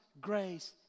grace